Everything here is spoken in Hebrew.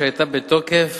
שהיתה בתוקף